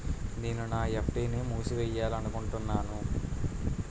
నేను నా ఎఫ్.డి ని మూసివేయాలనుకుంటున్నాను